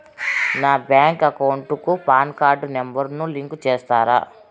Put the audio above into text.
నా bank account కు PAN card number ను లింకు సేస్తారా?